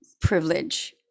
privilege